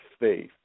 faith